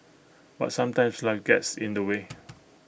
but sometimes life gets in the way